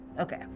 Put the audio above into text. Okay